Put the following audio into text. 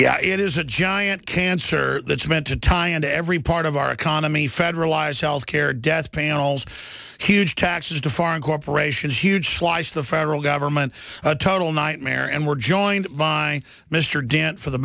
yeah it is a giant cancer that's meant to tie into every part of our economy federalized health care death panels huge taxes to foreign corporations huge slice of the federal government a total nightmare and we're joined by mr dent for the